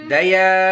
Daya